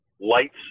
lights